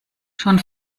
schon